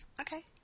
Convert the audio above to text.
Okay